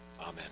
Amen